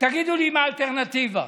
תגידו לי מה האלטרנטיבה,